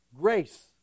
Grace